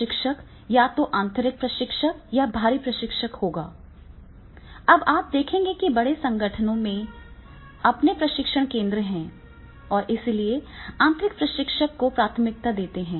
प्रशिक्षक या तो आंतरिक प्रशिक्षक या बाहरी प्रशिक्षक होगा अब आप देखेंगे कि बड़े संगठनों के अपने प्रशिक्षण केंद्र हैं और इसलिए आंतरिक प्रशिक्षक को प्राथमिकता देते हैं